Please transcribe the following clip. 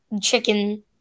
chicken